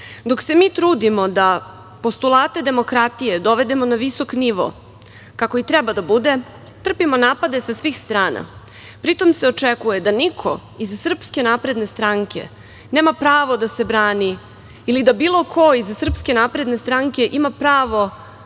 Dok se mi trudimo da postulate demokratije dovedemo na visok nivo, kako i treba da bude, trpimo napade sa svih strana. Pri tom se očekuje da niko iz SNS nema pravo da se brani ili da bilo ko iz SNS ima pravo